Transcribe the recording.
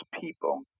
people